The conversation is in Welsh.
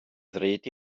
ddrud